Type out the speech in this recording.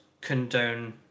condone